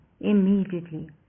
immediately